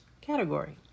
category